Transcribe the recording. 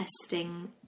testing